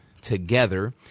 together